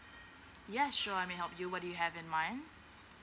ya sure I may help you what do you have in mind